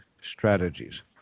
strategies